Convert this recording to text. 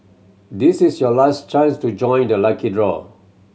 this is your last chance to join the lucky draw